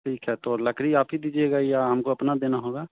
ठीक है तो लकड़ी आप ही दीजिएगा या हमको अपना देना होगा